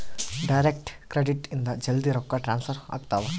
direct credit ಇಂದ ಜಲ್ದೀ ರೊಕ್ಕ ಟ್ರಾನ್ಸ್ಫರ್ ಆಗ್ತಾವ